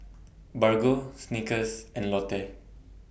Bargo Snickers and Lotte